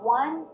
one